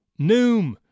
Noom